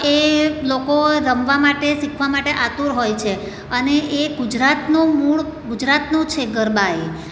એ લોકો રમવા માટે શીખવા માટે આતુર હોય છે અને એ ગુજરાતનું મૂળ ગુજરાતનું છે ગરબા એ